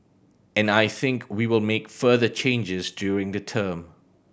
and I think we will make further changes during the term